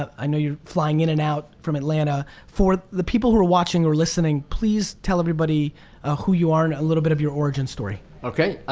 i know you're flying in and out from atlanta. for the people who are watching or listening, please tell everybody ah who you are and a little bit of your origin story. okay,